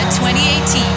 2018